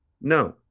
no